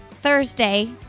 Thursday